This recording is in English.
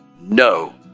no